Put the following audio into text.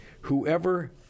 Whoever